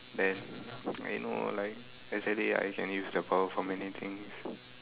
then you know like let's just say I can use the power for many things